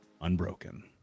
unbroken